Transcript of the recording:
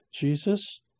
Jesus